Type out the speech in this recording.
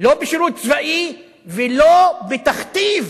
לא בשירות צבאי ולא בתכתיב